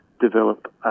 develop